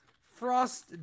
Frost